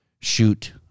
Shoot